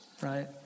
right